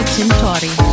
Tintori